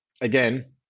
again